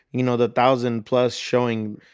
you know, the thousand plus showing,